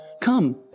Come